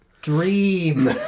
dream